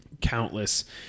countless